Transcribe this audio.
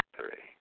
Three